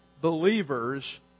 believers